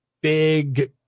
big